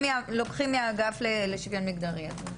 ממני להגיב בעניין של הורות שוויונית.